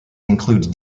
include